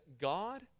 God